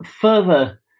further